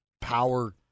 power